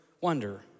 wonder